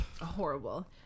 Horrible